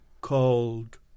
called